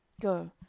Go